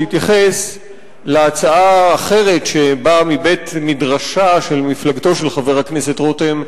להתייחס להצעה אחרת שבאה מבית-מדרשה של מפלגתו של חבר הכנסת רותם,